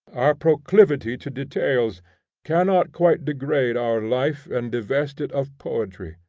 our proclivity to details cannot quite degrade our life and divest it of poetry.